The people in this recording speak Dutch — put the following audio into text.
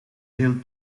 veel